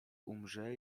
umrze